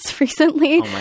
recently